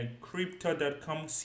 crypto.com